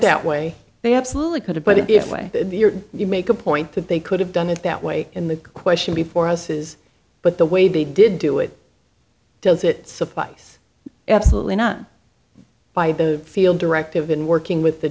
that way they absolutely could have but it way you make a point that they could have done it that way in the question before us is but the way they did do it does it suffice absolutely none by the field directive in working with the